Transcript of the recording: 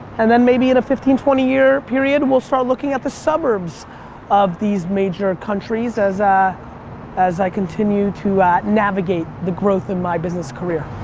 and then maybe in a fifteen, twenty year period, we'll start looking at the suburbs of the these major countries as ah as i continue to navigate the growth in my business career.